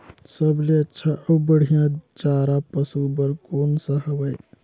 सबले अच्छा अउ बढ़िया चारा पशु बर कोन सा हवय?